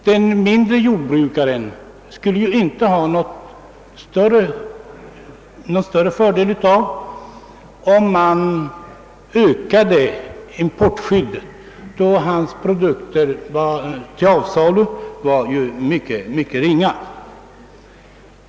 Den mindre jordbrukaren skulle inte få någon större fördel, om man ökade importskyddet, eftersom hans produktion till avsalu är mycket ringa.